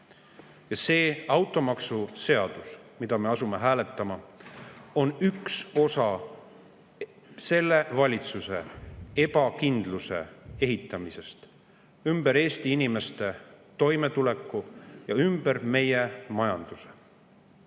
See automaksuseadus, mida me hääletama asume, on üks osa selle valitsuse ebakindluse ehitamisest ümber Eesti inimeste toimetuleku ja ümber meie majanduse.